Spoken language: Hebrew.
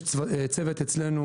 יש צוות אצלנו